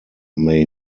may